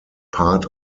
part